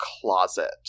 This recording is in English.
closet